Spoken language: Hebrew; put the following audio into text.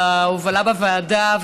על ההובלה בוועדה,